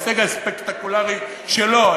ההישג הספקטקולרי שלו,